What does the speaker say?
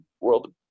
world